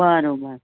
બરાબર